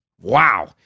Wow